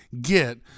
get